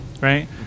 right